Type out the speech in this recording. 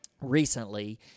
recently